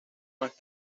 más